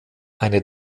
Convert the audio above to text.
eine